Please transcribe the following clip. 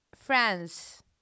France